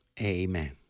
Amen